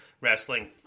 wrestling